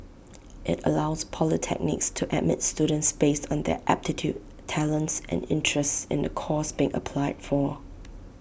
IT allows polytechnics to admit students based on their aptitude talents and interests in the course being applied for